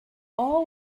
all